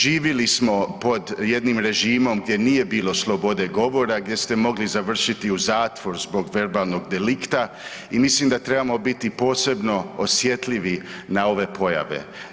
Živjeli smo pod jednim režimom gdje nije bilo slobode govora, gdje ste mogli završiti u zatvoru zbog verbalnog delikta i mislim da trebamo biti posebno osjetljivi na ove pojave.